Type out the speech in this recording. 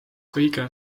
kõige